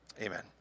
amen